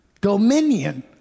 dominion